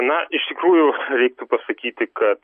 na iš tikrųjų reiktų pasakyti kad